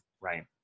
Right